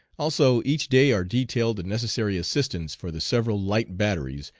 also each day are detailed the necessary assistants for the several light batteries,